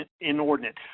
inordinate